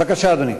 בבקשה, אדוני.